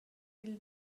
dil